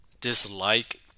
dislike